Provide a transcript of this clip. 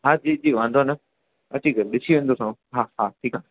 हा जी जी वांधो न अची करे ॾिसी वेंदो हा हा ठीकु आहे